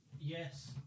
Yes